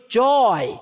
joy